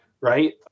right